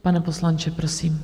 Pane poslanče, prosím.